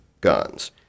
guns